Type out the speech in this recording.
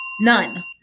None